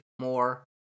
more